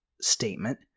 statement